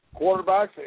Quarterbacks